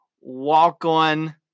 walk-on